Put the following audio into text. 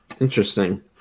interesting